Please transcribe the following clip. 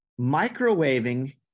Microwaving